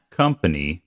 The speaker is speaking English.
company